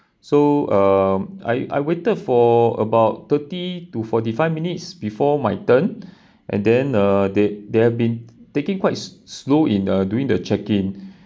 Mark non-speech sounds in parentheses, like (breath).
so um I I waited for about thirty to forty five minutes before my turn (breath) and then uh they they've been taking quite slow in the during the check-in